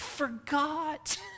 Forgot